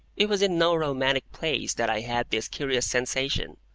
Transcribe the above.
it was in no romantic place that i had this curious sensation,